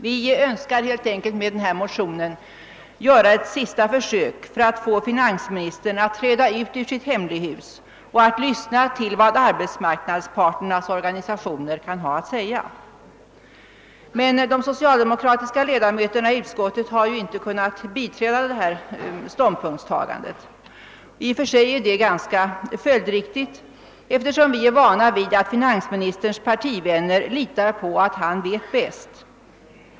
Vi önskar helt enkelt med denna motion göra ett sista försök att få finansministern att träda ut ur sitt hemlighus och att lyssna till vad arbetsmarknadsparternas organisationer kan ha att säga. De socialdemokratiska ledamöterna i utskottet har emellertid inte ansett sig kunna biträda detta yrkande. I och för sig är detta ganska följdriktigt, eftersom vi är vana vid att finansministerns partivänner litar på att han vet bäst.